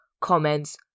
comments